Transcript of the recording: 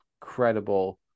credible